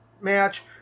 match